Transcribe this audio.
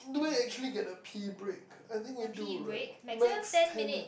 do we actually get a pee break I think we do right max ten minute